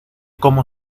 como